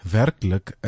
werkelijk